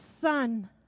Son